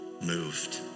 moved